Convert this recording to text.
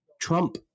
Trump